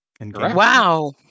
wow